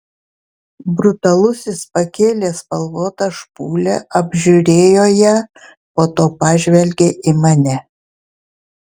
brutalusis pakėlė spalvotą špūlę apžiūrėjo ją po to pažvelgė į mane